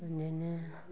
इदिनो